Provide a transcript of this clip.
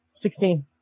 Sixteen